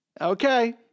Okay